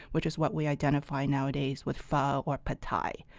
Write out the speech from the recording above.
which is what we identify nowadays with pho or pad thai.